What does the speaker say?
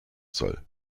soll